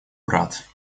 брат